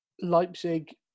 Leipzig